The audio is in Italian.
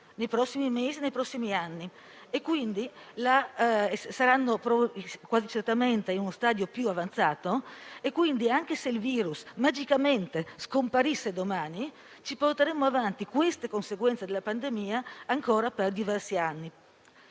nei prossimi mesi e nei prossimi anni e saranno quasi certamente in uno stadio più avanzato. Quindi, anche se il virus magicamente scomparisse domani, ci porteremmo avanti queste conseguenze della pandemia ancora per diversi anni.